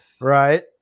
right